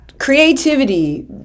Creativity